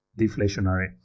deflationary